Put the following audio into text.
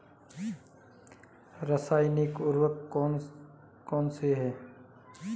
रासायनिक उर्वरक कौन कौनसे हैं?